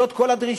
זאת כל הדרישה.